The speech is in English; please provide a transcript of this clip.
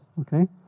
Okay